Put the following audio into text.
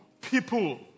people